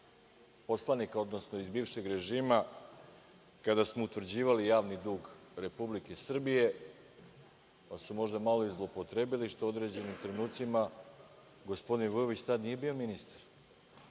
pripadnika bivšeg režima kada smo utvrđivali javni dug Republike Srbije, pa su možda malo i zloupotrebili što u određenim trenucima gospodin Vujović tad nije bio ministar